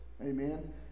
Amen